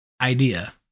idea